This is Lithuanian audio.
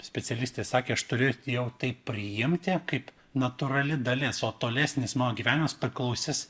specialistė sakė aš turiu jau tai priimti kaip natūrali dalis o tolesnis mano gyvenimas priklausys